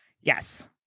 Yes